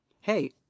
hey